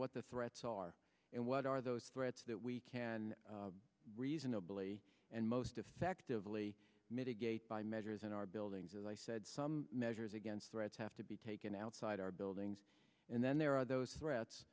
what the threats are and what are those threats that we can reasonably and most effectively mitigate by measures in our buildings as i said some measures against threats have to be taken outside our buildings and then there are those threats